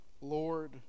Lord